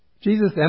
Jesus